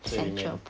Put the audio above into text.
最里面